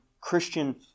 Christian